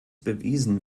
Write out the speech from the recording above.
bewiesen